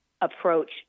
approach